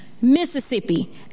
Mississippi